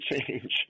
change